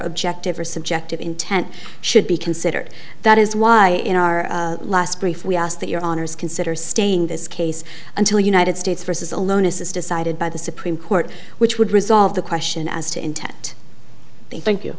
objective or subjective intent should be considered that is why in our last brief we asked that your honour's consider staying this case until united states vs alone is decided by the supreme court which would resolve the question as to intent they think you